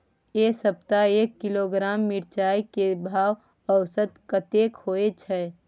ऐ सप्ताह एक किलोग्राम मिर्चाय के भाव औसत कतेक होय छै?